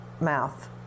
mouth